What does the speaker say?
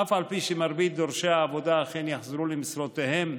אף על פי שמרבית דורשי העבודה אכן יחזרו למשרותיהם,